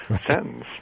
sentence